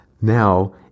now